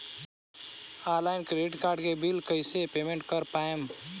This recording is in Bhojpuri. ऑनलाइन क्रेडिट कार्ड के बिल कइसे पेमेंट कर पाएम?